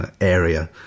area